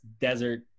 desert